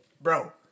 Bro